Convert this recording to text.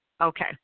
Okay